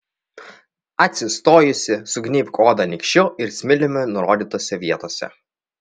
atsistojusi sugnybk odą nykščiu ir smiliumi nurodytose vietose